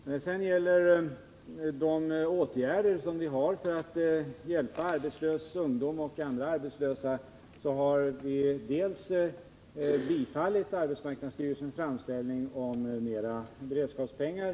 När det gäller åtgärder för att hjälpa arbetslös ungdom och andra arbetslösa, så har vi bifallit arbetsmarknadsstyrelsens framställning om mera beredskapspengar.